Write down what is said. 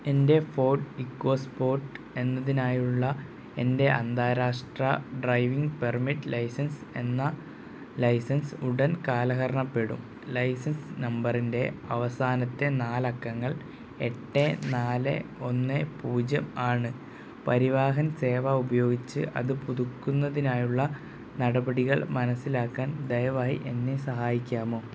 എൻറ്റെ Ford EcoSport എന്നതിനായുള്ള എൻറ്റെ അന്താരാഷ്ട്ര ഡ്രൈവിങ് പെർമിറ്റ് ലൈസൻസ് എന്ന ലൈസൻസ് ഉടൻ കാലഹരണപ്പെടും ലൈസൻസ് നമ്പറിൻറ്റെ അവസാനത്തെ നാലക്കങ്ങൾ എട്ട് നാല് ഒന്ന് പൂജ്യം ആണ് പരിവാഹൻ സേവ ഉപയോഗിച്ച് അത് പുതുക്കുന്നതിനായുള്ള നടപടികൾ മനസിലാക്കാൻ ദയവായി എന്നെ സഹായിക്കാമോ